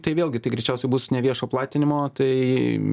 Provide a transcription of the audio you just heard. tai vėlgi tai greičiausiai bus neviešo platinimo tai